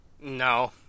No